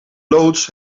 loods